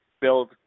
build